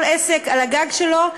כל עסק על הגג שלו.